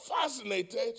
fascinated